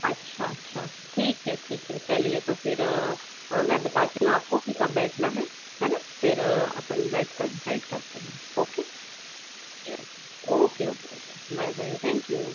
अच्छा अच्छा ठीक है ठीक है चलिए तो फिर मैं बताती हूँ आपको कि कब बैठना है है ना फिर अपन बैठ कर डिसाइड करते हैं ओके चलिए okay okay okay bye bye thank you